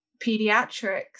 pediatrics